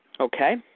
Okay